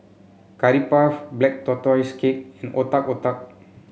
Curry Puff Black Tortoise Cake and Otak Otak